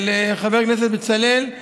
לחבר הכנסת בצלאל,